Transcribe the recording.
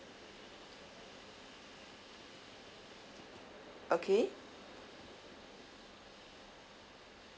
okay